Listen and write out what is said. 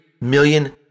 million